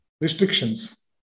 restrictions